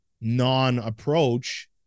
non-approach